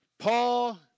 Paul